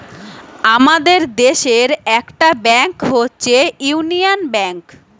আমাদের দেশের একটা ব্যাংক হচ্ছে ইউনিয়ান ব্যাঙ্ক